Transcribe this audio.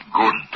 good